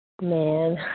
Man